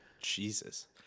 Jesus